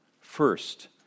first